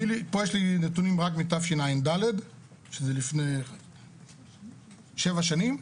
פה יש לי נתונים רק מתשע"ד שזה לפני שבע שנים.